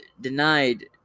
denied